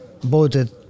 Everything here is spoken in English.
voted